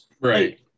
Right